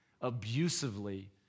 abusively